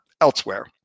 elsewhere